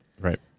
Right